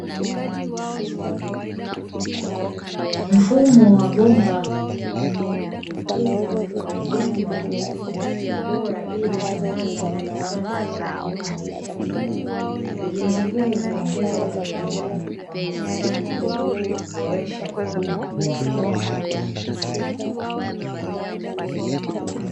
Mfumo wa bomba mkubwa umejengwa kwa ubora ili kusambaza maji safi kwa maeneo mengi, ujenzi huu huongeza upatikanaji wa maji safi na kuboresha huduma kwa wakazi.